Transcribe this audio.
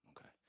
okay